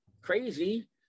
crazy